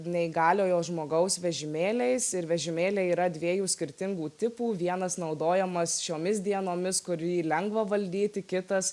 neįgaliojo žmogaus vežimėliais ir vežimėliai yra dviejų skirtingų tipų vienas naudojamas šiomis dienomis kurį lengva valdyti kitas